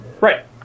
Right